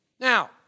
Now